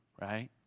right